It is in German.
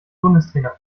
bundestrainer